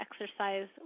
exercise